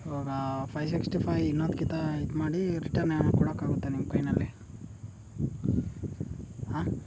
ಇವಾಗ five sixty five ಇನ್ನೊಂದ್ಕಿತಾ ಇದು ಮಾಡಿ ರಿಟರ್ನ್ ಏನು ಕೊಡೋಕ್ಕಾಗುತ್ತ ನಿಮ್ಮ ಕೈಯಲ್ಲಿ ಆಂ